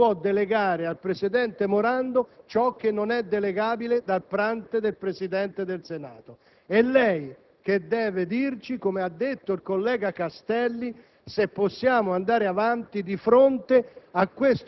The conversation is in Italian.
Presidente, lei non può delegare al presidente Morando ciò che non è delegabile dal Presidente del Senato.